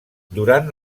durant